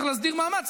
צריך להסדיר מאמץ,